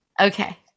Okay